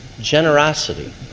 Generosity